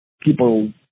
people